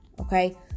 okay